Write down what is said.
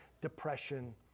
depression